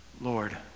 Lord